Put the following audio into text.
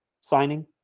signing